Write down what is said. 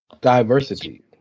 Diversity